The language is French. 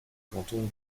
canton